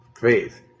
faith